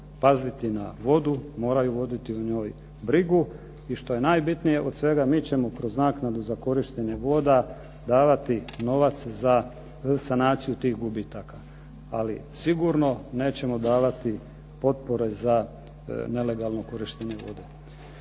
paziti na vodu, moraju voditi o njoj brigu, i što je najbitnije od svega mi ćemo kroz naknadu za korištenje voda davati novac za sanaciju tih gubitaka ali sigurno nećemo davati potpore za nelegalno korištenje vode.